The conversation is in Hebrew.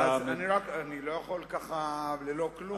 אני לא יכול כך ללא כלום.